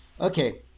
Okay